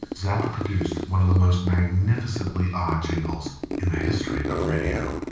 zappa produced one of the most magnificently odd jingles in the history of radio